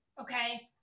Okay